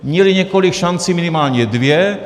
Měli několik šancí, minimálně dvě.